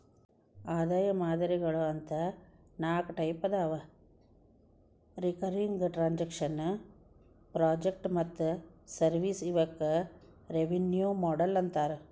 ಆದಾಯ ಮಾದರಿಗಳು ಅಂತ ನಾಕ್ ಟೈಪ್ ಅದಾವ ರಿಕರಿಂಗ್ ಟ್ರಾಂಜೆಕ್ಷನ್ ಪ್ರಾಜೆಕ್ಟ್ ಮತ್ತ ಸರ್ವಿಸ್ ಇವಕ್ಕ ರೆವೆನ್ಯೂ ಮಾಡೆಲ್ ಅಂತಾರ